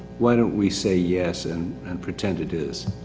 why don't we say yes and and pretend it is.